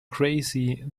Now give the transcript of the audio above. crazy